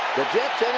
the jets